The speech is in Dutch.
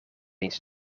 eens